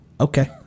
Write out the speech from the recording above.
okay